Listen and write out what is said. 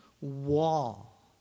wall